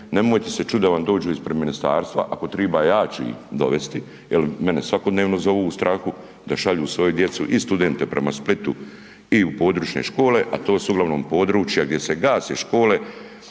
Nemojte se čuditi ako vam dođu ispred ministarstva, ako triba ja ću ih dovesti, jel mene svakodnevno zovu u strahu da šalju svoju djecu i studente prema Splitu i u područne škole, a to su uglavnom područja gdje se gase škole